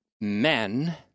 men